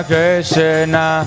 Krishna